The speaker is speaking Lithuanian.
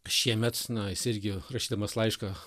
šiemet na jis irgi rašydamas laišką